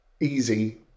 easy